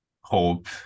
hope